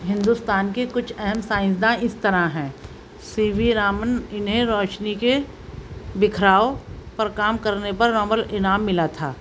ہندوستان کے کچھ اہم سائنسداں اس طرح ہیں سی وی رامن انہیں روشنی کے بکھراؤ پر کام کرنے پر نوبل انعام ملا تھا